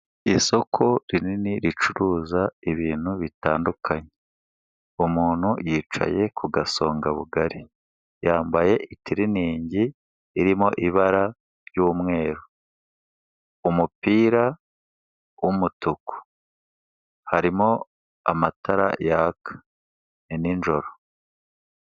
Isoko rinini ricuruza ibintu bitandukanye. Umuntu yicaye ku gasongabugari, yambaye itiriningi irimo ibara ry'umweru, umupira w’umutuku. Harimo amatara yaka, ni ninjoro.